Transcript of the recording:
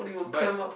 but